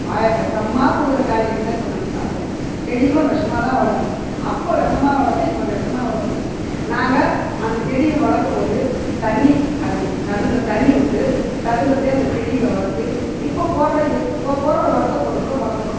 பாய விஷமா கொடுக்குற காய்கறி தான் இப்போ நாங்கள் சாப்பிட்றோம் செடிகளும் விஷமா தான் வளருது அப்போது விஷமா வளரல இப்போது விஷமா வளருது நாங்கள் அந்த செடியை வளர்க்கும்போது தண்ணி அதுக்குத் தகுந்த தண்ணி விட்டு தகுந்தப்படியாக அந்த செடிங்களை வளர்த்து இப்போது போடுற எ இப்போது போடுற உரத்த போட்டுக் கூட வளர்க்குறோம்